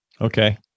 Okay